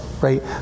right